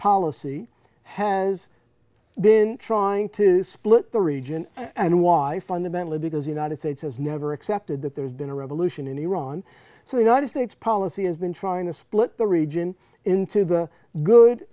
policy has been trying to split the region and why fundamentally because the united states has never accepted that there's been a revolution in iran so the united states policy has been trying to split the region into the good